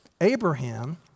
Abraham